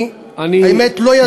אני באמת לא ידעתי את זה,